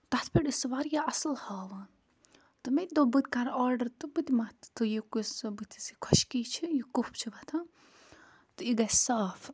تَتھ پٮ۪ٹھ ٲسۍ سُہ واریاہ اَصٕل ہاوان تہٕ مےٚ تہِ دوٚپ بہٕ کرٕ آرڈر تہٕ بہٕ تہِ مَتھٕ سُہ یہِ بٔتھِس خۄشکِی چھِ کُف چھُ وۄتھان تہٕ یہِ گژھِ صاف